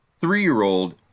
three-year-old